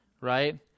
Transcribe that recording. right